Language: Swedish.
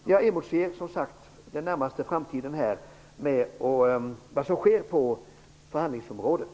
Jag emotser den närmaste framtiden och vad som sker på förhandlingsområdet.